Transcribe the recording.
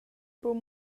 buc